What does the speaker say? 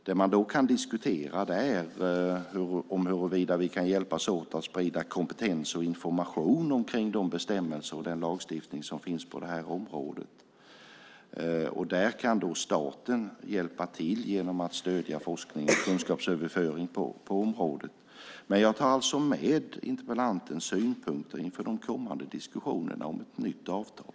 Det man då kan diskutera är om vi kan hjälpas åt för att sprida kompetens och information om de bestämmelser och den lagstiftning som finns på området. Där kan staten hjälpa till genom att stödja forskning och kunskapsöverföring på området. Jag tar alltså med interpellantens synpunkter inför de kommande diskussionerna om ett nytt avtal.